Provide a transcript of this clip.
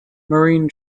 marine